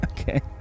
okay